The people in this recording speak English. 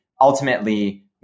Ultimately